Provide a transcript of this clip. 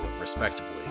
respectively